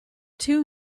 two